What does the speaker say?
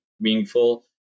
meaningful